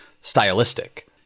stylistic